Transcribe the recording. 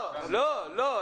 לא, לא.